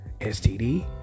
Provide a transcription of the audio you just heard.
STD